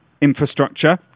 infrastructure